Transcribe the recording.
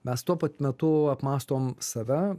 mes tuo pat metu apmąstom save